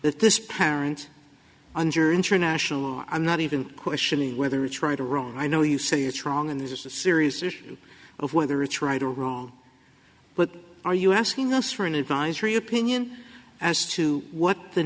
that this parent under international law i'm not even questioning whether it's right or wrong i know you say it's wrong and there's a serious issue of whether it's right or wrong but are you asking us for an advisory opinion as to what the